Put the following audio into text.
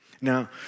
Now